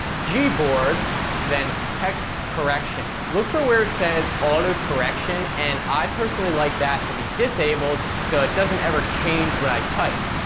gboard, then text correction. look for where it says auto-correction, and i personally like that to be disabled, so it doesn't ever change what i type.